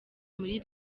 muri